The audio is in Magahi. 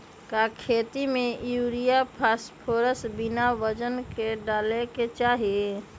का खेती में यूरिया फास्फोरस बिना वजन के न डाले के चाहि?